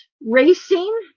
racing